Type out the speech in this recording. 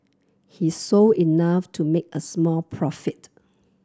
he sold enough to make a small profit